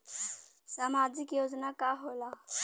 सामाजिक योजना का होला?